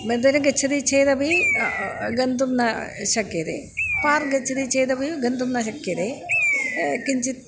मन्दिरं गच्छन्ति चेदपि गन्तुं न शक्यन्ते पार्क् गच्छन्ति चेदपि गन्तुं न शक्यन्ते किञ्चित्